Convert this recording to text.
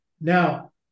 Now